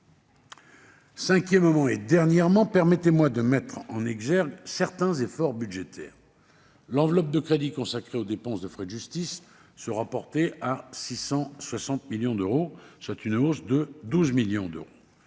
Cinquièmement, et enfin, permettez-moi de mettre en exergue certains efforts budgétaires. L'enveloppe de crédits consacrée aux dépenses de frais de justice sera portée à 660 millions d'euros, soit une hausse de 12 millions d'euros.